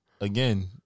again